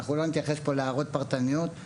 אנחנו לא נתייחס פה להערות פרטניות אבל